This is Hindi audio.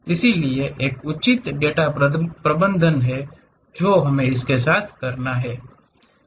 इसलिए एक उचित डेटा प्रबंधन है जो उसके साथ करना है